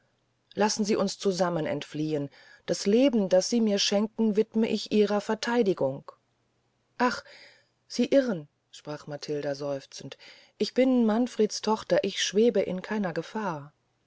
lassen sie uns zusammen entfliehn das leben das sie mir schenken widm ich ihrer vertheidigung ach sie irren sprach matilde seufzend ich bin manfreds tochter ich schwebe in keiner gefahr